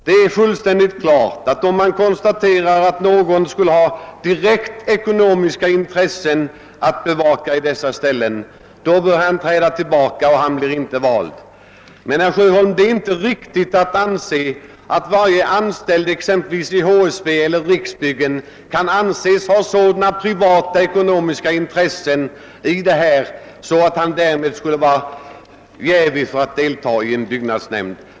Det är fullständigt klart att en person som har ekonomiska intressen att bevaka i en sådan nämnd bör träda tillbaka och inte bör väljas in. Men, herr Sjöholm, det är inte riktigt att varje anställd i exempelvis HSB eller Riksbyggen kan anses ha sådana privata ekonomiska intressen i byggnadsverksamheten att vederbörande därmed skulle vara jävig när det gäller att sitta i en byggnadsnämnd.